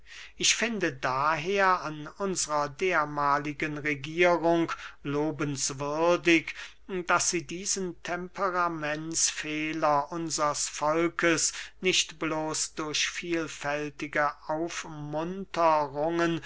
ich finde daher an unsrer dermahligen regierung lobenswürdig daß sie diesen temperamentsfehler unsers volkes nicht bloß durch vielfältige